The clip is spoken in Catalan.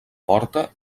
porta